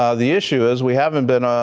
um the issue is we haven't been